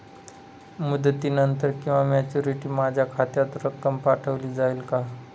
मुदतीनंतर किंवा मॅच्युरिटी माझ्या खात्यात रक्कम पाठवली जाईल का?